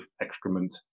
excrement